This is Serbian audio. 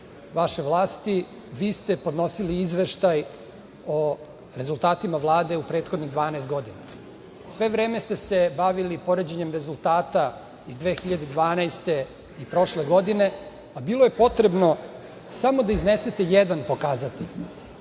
vaše vlasti, vi ste podnosili izveštaj o rezultatima Vlade u prethodnih 12 godina. Sve vreme ste se bavili poređenjem rezultata iz 2012. i prošle godine, a bilo je potrebno samo da iznesete jedan pokazatelj,